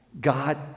God